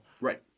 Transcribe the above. Right